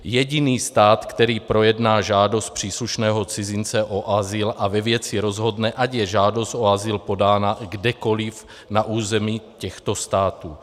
Jediný stát, který projedná žádost příslušného cizince o azyl a ve věci rozhodne, ať je žádost o azyl podána kdekoliv na území těchto států.